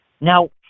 now